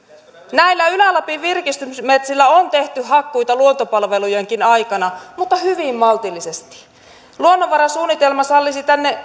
näillä ylä lapin virkistysmetsillä on tehty hakkuita luontopalvelujenkin aikana mutta hyvin maltillisesti luonnonvarasuunnitelma sallisi tänne